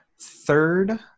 third